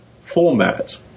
format